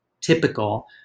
typical